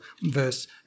verse